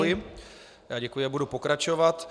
Já děkuji a budu pokračovat.